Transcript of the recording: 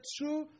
true